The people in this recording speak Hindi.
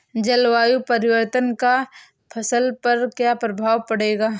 जलवायु परिवर्तन का फसल पर क्या प्रभाव पड़ेगा?